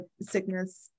sickness